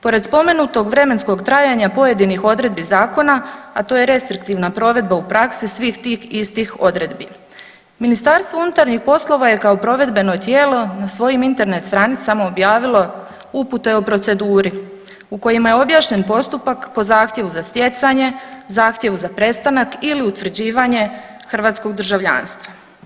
Pored spomenutog vremenskog trajanja pojedinih odredbi zakona, a to je restriktivna provedba u praksi svih tih istih odredbi, MUP je kao provedbeno tijelo na svojim Internet stranicama objavilo upute o proceduri u kojima je objašnjen postupak po zahtjevu za stjecanje, zahtjevu za prestanak ili utvrđivanje hrvatskog državljanstva.